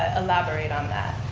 elaborate on that.